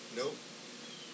nope